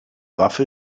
waffe